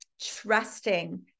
trusting